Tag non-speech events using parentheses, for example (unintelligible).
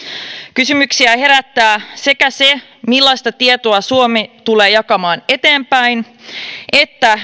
kysymyksiä herättää sekä se millaista tietoa suomi tulee jakamaan eteenpäin että (unintelligible)